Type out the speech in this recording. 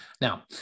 Now